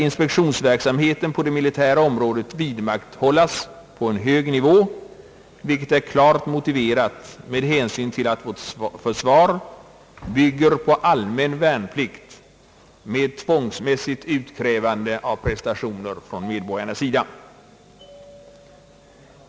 Inspektionsverksamheten på det militära området skall tvärtom vidmakthållas på en hög nivå, vilket är klart motiverat med hänsyn till att vårt försvar bygger på allmän värnplikt med tvångsmässigt utkrävande av prestationer från medborgarnas sida.